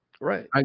right